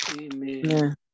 Amen